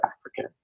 African